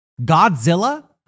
Godzilla